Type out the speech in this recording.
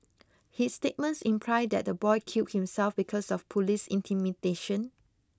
his statements imply that the boy killed himself because of police intimidation